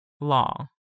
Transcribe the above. law